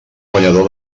guanyador